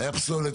היה פסולת,